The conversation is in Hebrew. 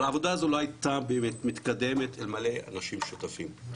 אבל העבודה הזו לא הייתה באמת מתקדמת אלמלא אנשים שותפים,